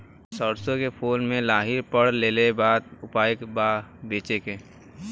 सरसों के फूल मे लाहि पकड़ ले ले बा का उपाय बा बचेके?